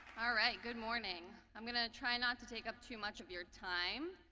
ah right, good morning. i'm gonna try not to take up too much of your time.